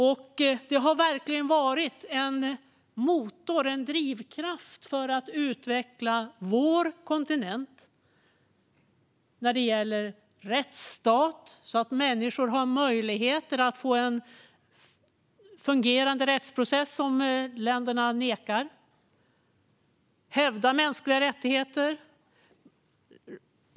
Rådet har verkligen varit en motor och en drivkraft för att utveckla vår kontinent när det gäller rättsstat, så att människor har möjlighet att få en fungerande rättsprocess om länderna nekar, och att hävda mänskliga rättigheter.